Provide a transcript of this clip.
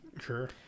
Sure